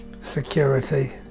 Security